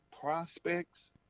prospects